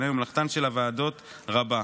מלאכתן של הוועדות רבה.